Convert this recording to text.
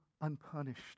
unpunished